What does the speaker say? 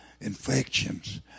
infections